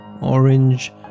orange